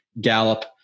gallop